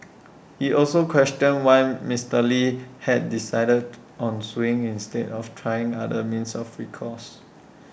he also questioned why Mister lee had decided on suing instead of trying other means of recourse